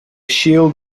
shield